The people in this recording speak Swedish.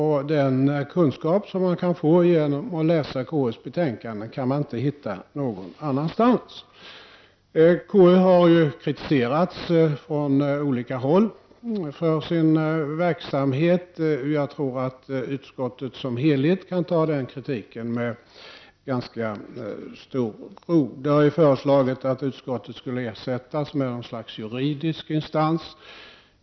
Den kunskap som man kan få genom att läsa KUs betänkande kan man inte hitta någon annanstans. KU har från olika håll kritiserats för sin verksamhet. Jag tror att utskottet som helhet kan ta den kritiken med ganska stor ro. Det har ju föreslagits att utskottet skulle ersättas med något slags juridisk instans.